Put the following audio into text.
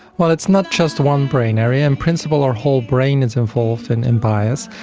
well, it's not just one brain area. in principle our whole brain is involved and in bias.